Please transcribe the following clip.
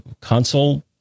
console